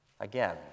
Again